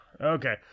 Okay